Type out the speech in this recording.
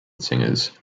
singers